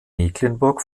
mecklenburg